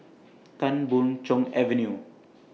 Tan Boon Chong Avenue